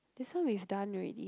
this one we've done already